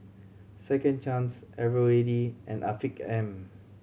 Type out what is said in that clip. Second Chance Eveready and Afiq M